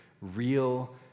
real